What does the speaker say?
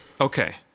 Okay